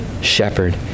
shepherd